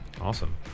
Awesome